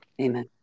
Amen